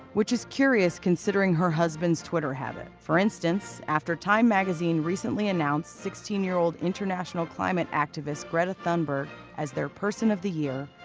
which is curious considering her husband's twitter habit. for instance, after time magazine recently announced sixteen year old international climate activist, greta thunberg, as their person of the year,